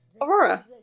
Aurora